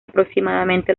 aproximadamente